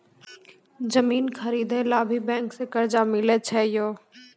जमीन खरीदे ला भी बैंक से कर्जा मिले छै यो?